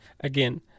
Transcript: Again